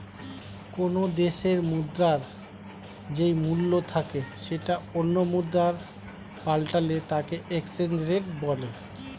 কোনো দেশের মুদ্রার যেই মূল্য থাকে সেটা অন্য মুদ্রায় পাল্টালে তাকে এক্সচেঞ্জ রেট বলে